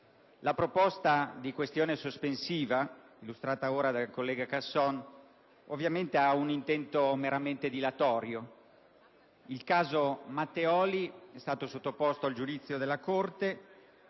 La proposta di questione sospensiva illustrata poc'anzi dal senatore Casson ovviamente ha un intento meramente dilatorio: il caso Matteoli è stato sottoposto al giudizio della Corte,